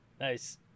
Nice